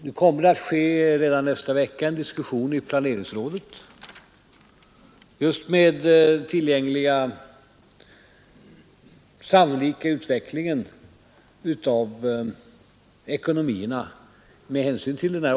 Redan nästa vecka kommer det att bli en diskussion i planeringsrådet på grundval av tillgängliga uppgifter om den sannolika utvecklingen av ekonomin med hänsyn till oljekrisen.